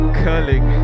curling